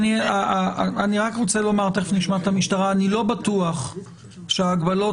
אני רק רוצה לומר אני לא בטוח שההגבלות